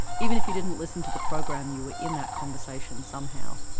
even if you didn't listen to the program, you were in that conversation somehow.